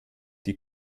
die